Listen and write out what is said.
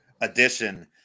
edition